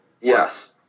Yes